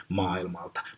maailmalta